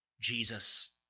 Jesus